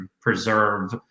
preserve